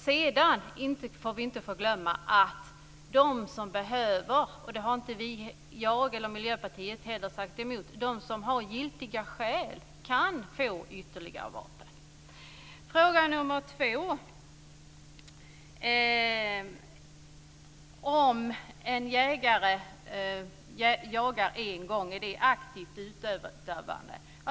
Sedan får vi inte glömma att de som behöver, vilket inte heller vi i Miljöpartiet har sagt emot, och har giltiga skäl kan få ha ytterligare vapen. Den andra frågan var om en jägare som jagar en gång om året är aktivt utövande.